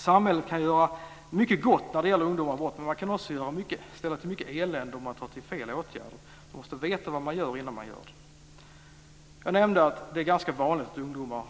Samhället kan göra mycket gott när det gäller ungdomar och brott, men man kan också ställa till mycket elände om man tar till fel åtgärder. Man måste veta vad man gör innan man gör det. Jag nämnde att det är ganska vanligt att ungdomar